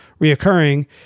reoccurring